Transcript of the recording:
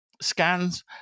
scans